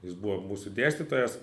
jis buvo mūsų dėstytojas